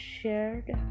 shared